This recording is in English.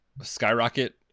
skyrocket